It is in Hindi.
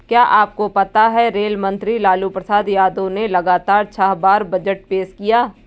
क्या आपको पता है रेल मंत्री लालू प्रसाद यादव ने लगातार छह बार बजट पेश किया?